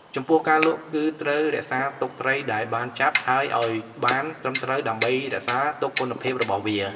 ចំពោះការលក់គឺត្រូវរក្សាទុកត្រីដែលបានចាប់ហើយឲ្យបានត្រឹមត្រូវដើម្បីរក្សាទុកគុណភាពរបស់វា។